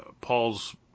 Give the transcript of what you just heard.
Paul's